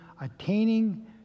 attaining